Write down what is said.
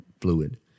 fluid